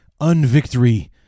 unvictory